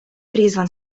призван